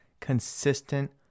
consistent